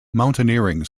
mountaineering